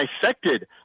dissected